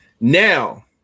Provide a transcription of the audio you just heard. Now